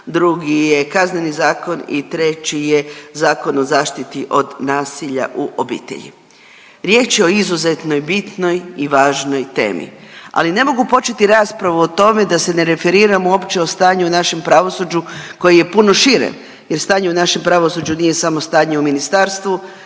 drugi je Kazneni zakon i treći je Zakon o zaštiti od nasilja u obitelji. Riječ je o izuzetno bitnoj i važnoj temi, ali ne mogu početi raspravu o tome da se ne referiram uopće o stanju u našem pravosuđu koji je puno šire, jer stanje u našem pravosuđu nije samo stanje u ministarstvu,